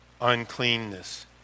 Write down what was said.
uncleanness